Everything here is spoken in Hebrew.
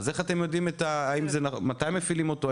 איך אתם יודעים מתי מפעילים אותו,